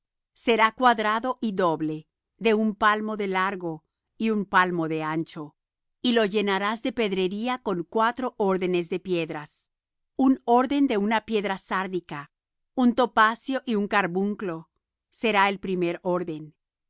será cuadrado y doble de un palmo de largo y un palmo de ancho y lo llenarás de pedrería con cuatro órdenes de piedras un orden de una piedra sárdica un topacio y un carbunclo será el primer orden